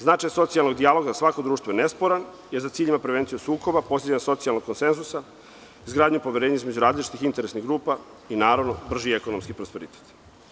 Značaj socijalnog dijaloga za svako društvo je nesporan, jer za cilj ima prevenciju sukoba, postizanje socijalnog konsenzusa, izgradnju poverenja između različitih interesnih grupa i brži ekonomski prosperitet.